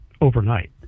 overnight